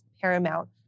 paramount